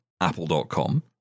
apple.com